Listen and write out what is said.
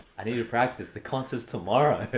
i need to practice, the concert's tomorrow!